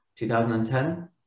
2010